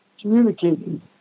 communicating